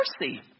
mercy